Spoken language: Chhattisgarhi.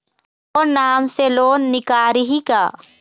मोर नाम से लोन निकारिही का?